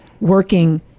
working